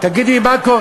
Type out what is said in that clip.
אנחנו דאגנו,